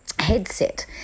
headset